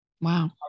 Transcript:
Wow